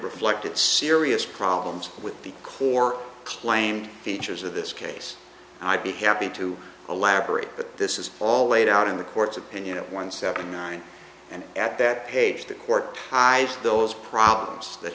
reflected serious problems with the core claimed features of this case and i'd be happy to elaborate but this is all laid out in the court's opinion at one seventy nine and at that page the court hide those problems that